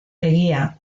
egia